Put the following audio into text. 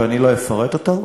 ואני לא אפרט אותו,